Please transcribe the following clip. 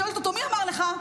שואלת אותו: מי אמר לך?